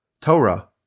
Torah